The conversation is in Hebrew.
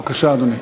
בבקשה, אדוני.